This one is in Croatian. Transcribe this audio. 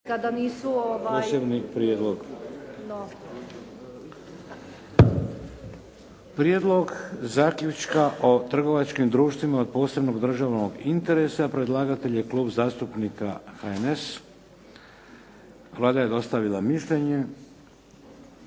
Vladimir (HDZ)** Posebni prijedlog. - Prijedlog zaključka o trgovačkim društvima od posebnog državnog interesa Predlagatelj je Klub zastupnika HNS-a. Vlada je dostavila mišljenje.